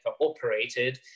operated